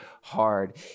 hard